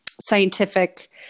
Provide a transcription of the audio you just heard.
scientific